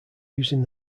using